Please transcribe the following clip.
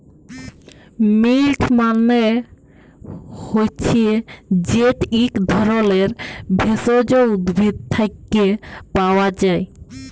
মিল্ট মালে হছে যেট ইক ধরলের ভেষজ উদ্ভিদ থ্যাকে পাওয়া যায়